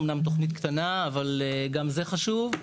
אמנם תוכנית קטנה ,אבל גם זה חשוב.